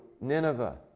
Nineveh